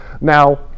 Now